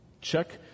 Check